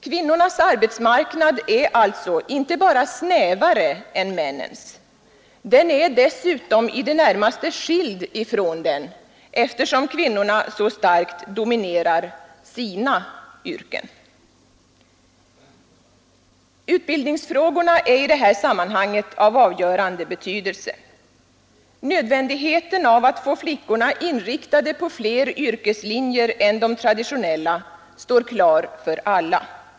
Kvinnornas arbetsmarknad är alltså inte bara snävare än männens, den är också i det närmaste skild från den, eftersom kvinnorna så starkt dominerar ”sina” yrken. Utbildningsfrågorna är i detta sammanhang av avgörande betydelse. Nödvändigheten av att få flickorna inriktade på fler yrkeslinjer än de traditionella står klar för alla.